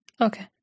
Okay